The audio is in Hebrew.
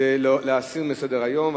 בעד להסיר מסדר-היום.